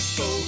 go